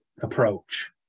approach